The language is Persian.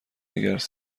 اگر